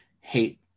hate